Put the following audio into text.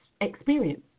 experience